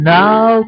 now